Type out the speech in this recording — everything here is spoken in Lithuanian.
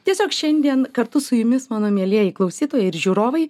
tiesiog šiandien kartu su jumis mano mielieji klausytojai ir žiūrovai